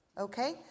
Okay